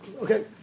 Okay